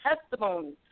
testimony